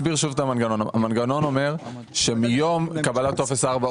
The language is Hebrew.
המנגנון אומר שמיום קבלת טופס 4,